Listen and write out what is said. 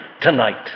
tonight